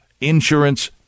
insurance